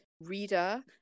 reader